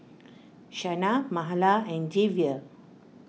Shana Mahala and Javier